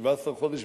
17 חודש,